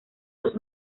los